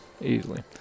easily